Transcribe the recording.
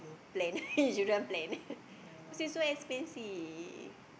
plan you shouldn't plan because it is so expensive